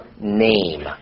name